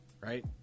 right